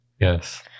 Yes